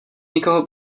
někoho